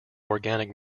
organic